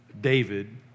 David